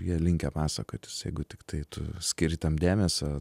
jie linkę pasakotis jeigu tiktai tu skiri tam dėmesio